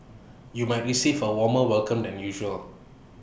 you might receive A warmer welcome than usual